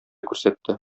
күрсәтте